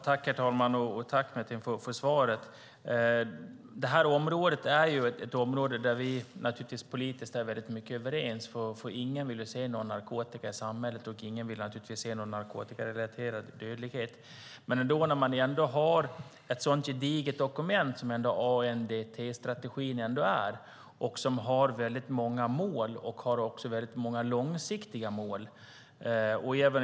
Herr talman! Tack, Metin, för svaret! Det här är ett område där vi politiskt naturligtvis är överens om väldigt mycket. Ingen vill ha narkotika i samhället, och ingen vill heller se någon narkotikarelaterad dödlighet. Nu finns ett gediget dokument i form av ANDT-strategin, med många mål, också många långsiktiga mål.